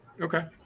Okay